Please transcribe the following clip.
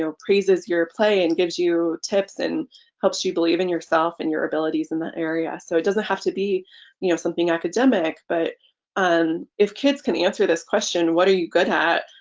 so praises your playing and gives you tips and helps you believe in yourself and your abilities in that area. so it doesn't have to be you know something academic but um if kids can answer this question, what are you good at?